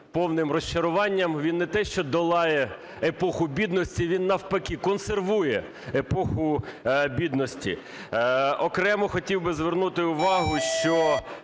повним розчаруванням, він не те, що долає епоху бідності, він, навпаки, консервує епоху бідності. Окремо хотів би звернути увагу, що